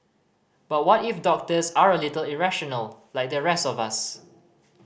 but what if doctors are a little irrational like the rest of us